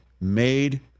made